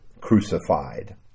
crucified